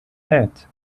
head